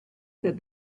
said